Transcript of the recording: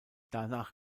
danach